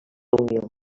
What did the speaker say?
unió